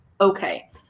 okay